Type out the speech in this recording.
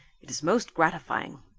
it is most gratifying,